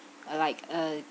uh like a